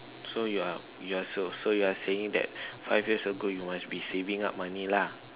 so you are you are so so you are saying that five years ago you must be saving up money lah